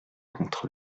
contre